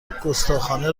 گستاخانه